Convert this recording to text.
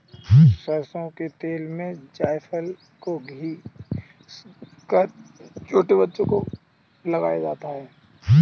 सरसों के तेल में जायफल को घिस कर छोटे बच्चों को लगाया जाता है